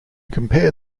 compare